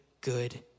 good